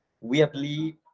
weirdly